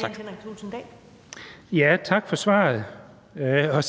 Tak for svaret. Men jeg